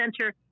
center